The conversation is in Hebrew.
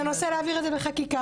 אז ננסה להעביר את זה בחקיקה,